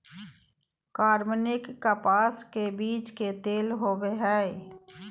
कार्बनिक कपास के बीज के तेल होबो हइ